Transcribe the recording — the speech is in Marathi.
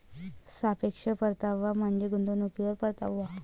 सापेक्ष परतावा म्हणजे गुंतवणुकीवर परतावा